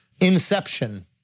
Inception